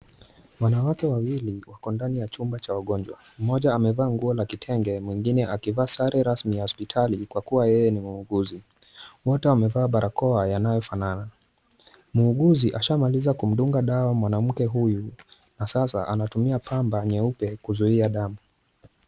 Wanawake wawili wako ndani ya chumba cha wagonjwa. Mmoja amevaa nguo la kitenge, mwingine akivaa sare rasmi ya hospitali kwa kuwa yeye ni muuguzi. Wote wamevaa barakoa yanayofanana. Muuguzi ashamaliza kumdunga dawa mwanamke huyu na sasa anatumia pamba nyeupe kuzuia damu.